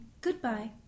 Goodbye